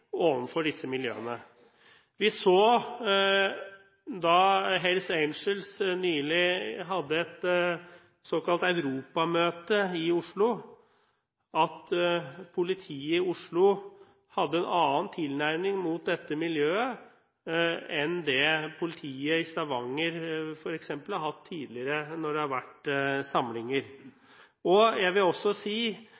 til disse miljøene. Vi så da Hells Angels nylig hadde et såkalt europamøte i Oslo, at politiet i Oslo hadde en annen tilnærming til dette miljøet enn politiet i Stavanger f.eks. har hatt tidligere når det har vært samlinger.